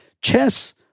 chess